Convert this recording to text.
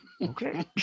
Okay